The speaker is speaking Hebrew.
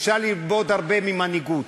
אפשר ללמוד הרבה ממנהיגות,